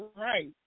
right